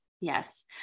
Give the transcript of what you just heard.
Yes